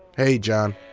hey john.